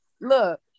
look